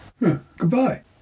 Goodbye